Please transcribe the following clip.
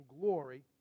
glory